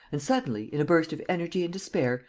and, suddenly, in a burst of energy and despair,